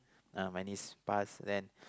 ya my niece pass then